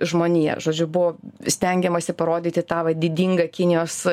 žmonija žodžiu buvo stengiamasi parodyti tą vat didingą kinijos